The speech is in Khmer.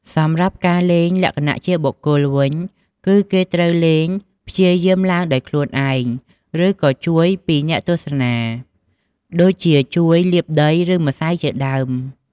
សម្រាប់់ការលេងលក្ខណៈជាបុគ្គលវិញ គឺគេត្រូវលេងព្យាយាមឡើងដោយខ្លួនឯង ឬក៏ជួយពីអ្នកទស្សនា ដូចជាជួយលាបដីឬម្រៅជាដើម។